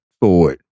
forward